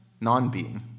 non-being